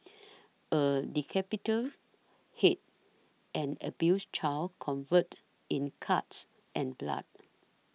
a decapitated head an abused child covered in cuts and blood